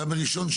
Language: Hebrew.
גם בראשון,